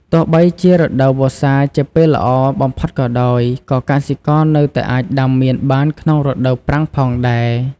ទោះបីជារដូវវស្សាជាពេលល្អបំផុតក៏ដោយ ក៏កសិករនៅតែអាចដាំមៀនបានក្នុងរដូវប្រាំងផងដែរ។